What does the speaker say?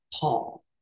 paul